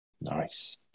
nice